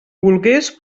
volgués